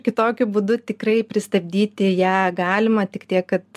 kitokiu būdu tikrai pristabdyti ją galima tik tiek kad